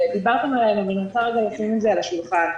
אני מנסה רגע לשים את זה על השולחן.